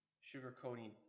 Sugar-coating